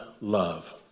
love